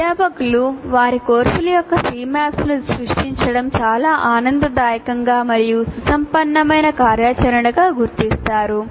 అధ్యాపకులు వారి కోర్సుల యొక్క Cmaps ను సృష్టించడం చాలా ఆనందదాయకంగా మరియు సుసంపన్నమైన కార్యాచరణగా గుర్తించారు